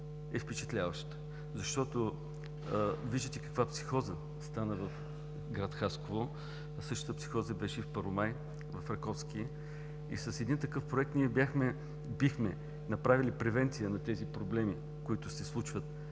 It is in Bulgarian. е впечатляваща, защото, виждате, каква психоза стана в град Хасково. Същата психоза беше и в Първомай, в Раковски. С един такъв проект бихме направили превенция на проблемите, които се случват.